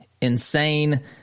insane